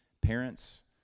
parents